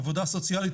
עבודה סוציאלית,